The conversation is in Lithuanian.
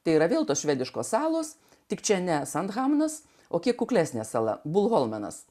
tai yra vėl tos švediškos salos tik čia nesant kaminas o kiek kuklesnė sala bulholmenas